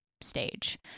stage